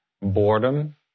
boredom